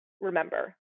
remember